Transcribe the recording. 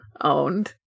owned